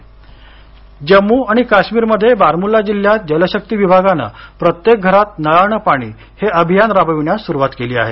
शुद्धपेयजल जम्मू आणि काश्मीरमध्ये बारमुल्ला जिल्ह्यात जल शक्ती विभागानं प्रत्येक घरात नळानं पाणी हे अभियान राबविण्यास सुरूवात केली आहे